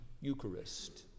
Eucharist